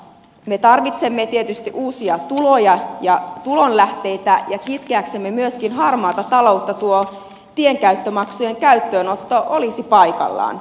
me tarvitsemme tietysti uusia tuloja ja tulonlähteitä ja kitkeäksemme myöskin harmaata taloutta tuo tienkäyttömaksujen käyttöönotto olisi paikallaan